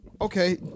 Okay